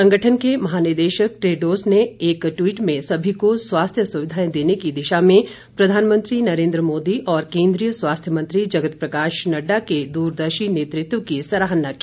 संगठन के महानिदेशक टेड्रोस ने एक ट्वीट में सभी को स्वास्थ्य सुविधाएं देने की दिशा में प्रधानमंत्री नरेंद्र मोदी और स्वास्थ्य मंत्री जगत प्रकाश नड्डा के दूरदर्शी नेतृत्व की सराहना की